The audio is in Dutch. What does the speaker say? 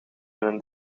een